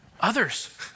others